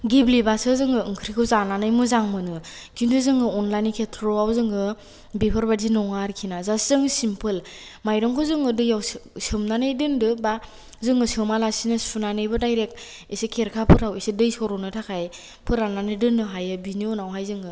गेब्लेबासो जोङो ओंख्रिखौ जानानै मोजां मोनो खिन्थु जोङो अनलानि खेथ्र'आव जोङो बेफोरबादि नङा आरोखि ना जास जों सिमफोल मायरंखौ जोङो दैयाव सोमनानै दोन्दो बा जोङो सोमालासैनो सुनानैबो दायरेख एसे खेरखा फोराव दै सर'नो थाखाय फोराननानै दोनो हायो बिनि उनावहाय जोङो